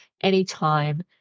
anytime